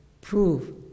prove